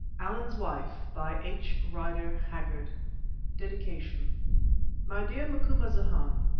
allan's wife by h. rider haggard dedication my dear macumazahn,